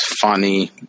funny